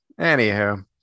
Anywho